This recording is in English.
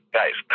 guys